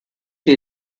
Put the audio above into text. die